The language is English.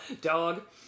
Dog